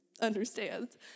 understands